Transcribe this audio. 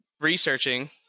researching